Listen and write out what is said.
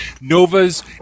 novas